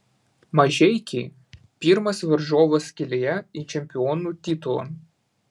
mažeikiai pirmas varžovas kelyje į čempionų titulą